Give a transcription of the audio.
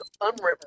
unwritten